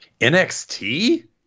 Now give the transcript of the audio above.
NXT